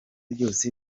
byose